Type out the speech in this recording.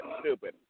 stupid